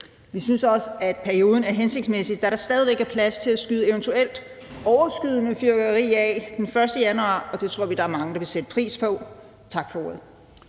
Vi synes også, at perioden er hensigtsmæssig, da der stadig væk er plads til at skyde eventuelt overskydende fyrværkeri af den 1. januar, og det tror vi at der er mange der vil sætte pris på. Tak for ordet.